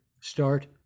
start